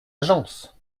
agence